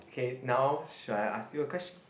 okay now shall I ask you a question